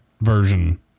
version